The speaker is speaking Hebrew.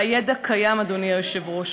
והידע קיים, אדוני היושב-ראש.